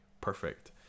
perfect